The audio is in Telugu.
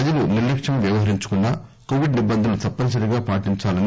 ప్రజలు నిర్లక్ష్యంగా వ్యవహరించకుండా కొవిడ్ నిబంధనలు తప్పనిసరిగా పాటించాలన్నారు